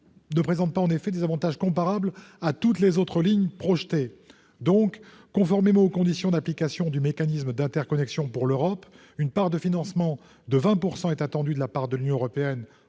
ne présente pas en effet des avantages comparables aux lignes projetées ». Conformément aux conditions d'application du mécanisme d'interconnexion pour l'Europe, une part de financement de 20 % est attendue de l'Union européenne